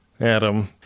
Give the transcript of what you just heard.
Adam